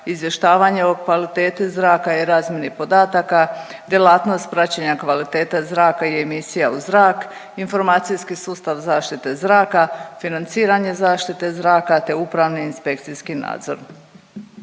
izvještavanje o kvaliteti zraka i razmjeni podataka, djelatnost praćenja kvalitete zraka i emisija u zrak, informacijski sustav zaštite zraka, financiranje zaštite zraka te upravni i inspekcijski nadzor.